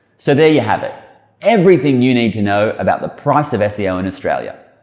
so there you have it everything you need to know about the price of seo in australia.